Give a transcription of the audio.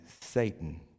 Satan